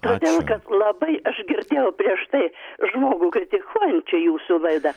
todėl kad labai aš girdėjau prieš tai žmogų kritikuojant čia jūsų laidą